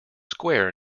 square